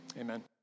amen